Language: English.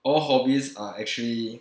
all hobbies are actually